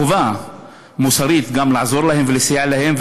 חובה מוסרית גם לעזור להם ולסייע להם,